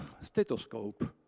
stethoscope